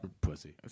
Pussy